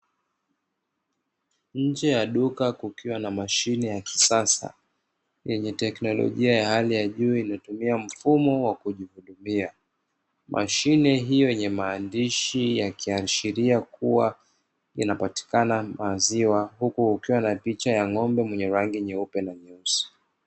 Nje ya duka kukiwa na mashine ya kisasa yenye teknolojia ya hali ya juu inayotumia mfumo wa kujihudumia. Mashine hiyo yenye maandishi yakiashiria kuwa yanapatikana maziwa, huku kukiwa na picha ya ng'ombe mwenye rangi nyeupe na nyeusi.